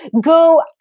go